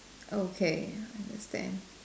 okay I understand